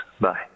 Bye